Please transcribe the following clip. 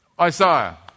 Isaiah